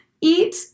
eat